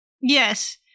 Yes